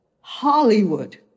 Hollywood